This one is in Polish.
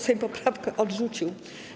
Sejm poprawkę odrzucił.